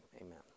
amen